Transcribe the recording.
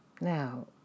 Now